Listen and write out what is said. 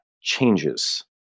changes